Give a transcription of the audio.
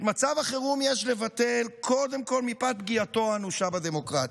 את מצב החירום יש לבטל קודם כול מפאת פגיעתו האנושה בדמוקרטיה,